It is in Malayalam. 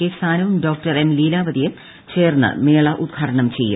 കെ സാനുവും ഡോ എക്കുലീലാവതിയും ചേർന്ന് മേള ഉദ്ഘാടനം ചെയ്യും